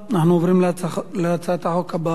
אנחנו עוברים להצעת החוק הבאה: